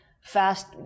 fast